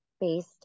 based